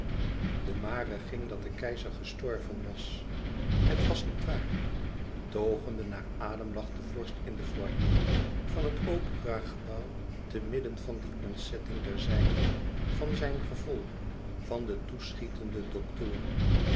de mare ging dat de keizer gestorven was het was niet waar togende naar adem lag de vorst in den foyer van het opera gebouw te midden van die ontzetting der zijnen van zijn gevolg van de toeschietende doktoren